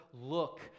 look